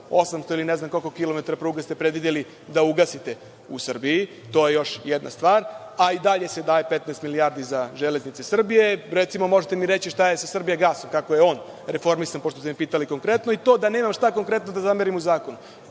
800, ili ne znam kolikom, kilometara pruge ste predvideli da ugasite u Srbiji. To je još jedna stvar, a i dalje se daje 15 milijardi za „Železnice Srbije“. Recimo, možete mi reći šta je sa „Srbijagasom“, kako je on reformisan, pošto ste me pitali konkretno.I to da nemam šta konkretno da zamerim u zakonu,